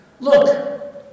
Look